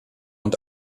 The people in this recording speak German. und